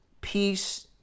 peace